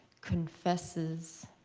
confesses.